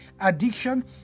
addiction